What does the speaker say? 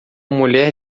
mulher